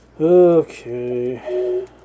Okay